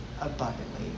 abundantly